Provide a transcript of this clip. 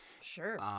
Sure